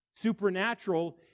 supernatural